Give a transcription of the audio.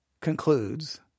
concludes